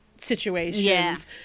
situations